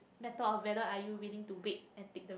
matter of whether you are willing to wait and take the risk